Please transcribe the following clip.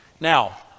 now